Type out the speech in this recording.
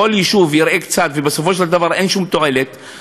יישוב יראה קצת ובסופו של דבר אין שום תועלת,